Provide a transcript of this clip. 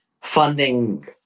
funding